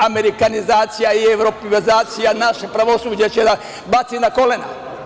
Amerikanizacija i evropeizacija naše pravosuđe će da baci na kolena.